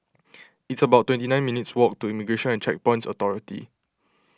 it's about twenty nine minutes' walk to Immigration and Checkpoints Authority